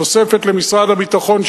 תוספת למשרד הביטחון,